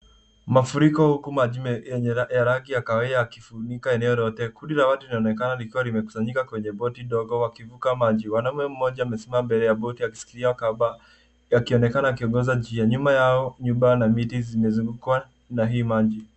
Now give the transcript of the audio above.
Mafuriko huku maji ya rangi ya kahawia yakifunika eneo lote, kundi la watu linaonekana likiwa limekusanyika kwenye boti ndogo wakivuka majini. Mwanume mmoj amesimama mbele ya boti akishikilia kamba akionekana akiongoza njia. Nyuma yao, nyumba na miti zimezungukwa na hii maji.